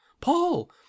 Paul